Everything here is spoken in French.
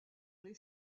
les